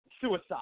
suicide